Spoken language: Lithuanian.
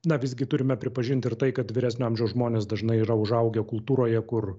na visgi turime pripažinti ir tai kad vyresnio amžiaus žmonės dažnai yra užaugę kultūroje kur